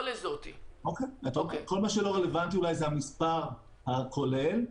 כל מה שלא רלוונטי הוא אולי המספר הכולל,